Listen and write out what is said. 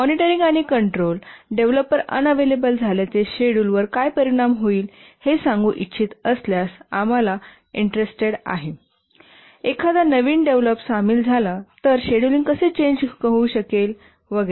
monitoring आणि control आम्हाला developer unavailable झाल्याचे शेड्यूल वर काय परिणाम होईल हे सांगू इच्छित असल्यास आम्हाला इंटरेस्टेड आहे एखादा नवीन डेव्हलप सामील झाला तर शेड्यूलिंग कसे चेंज होऊ शकेल वगैरे